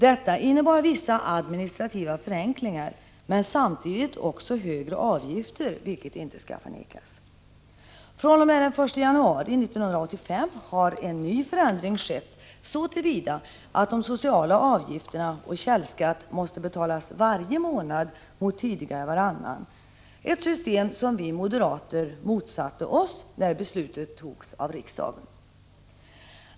Detta innebar vissa administrativa förenklingar men samtidigt också högre avgifter, vilket inte skall förnekas. fr.o.m. den 1 januari 1985 har en ny förändring skett så till vida att de sociala avgifterna och källskatt måste utbetalas varje månad mot tidigare varannan — ett system som vi moderater motsatte oss när beslutet fattades av riksdagen.